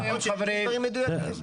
אז שיגיד דברים מדויקים.